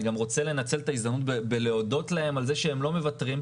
אני גם רוצה לנצל את ההזדמנות בלהודות להם על זה שהם לא מוותרים.